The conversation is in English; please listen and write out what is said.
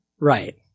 right